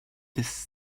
this